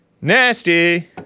Nasty